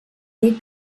dir